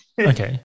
Okay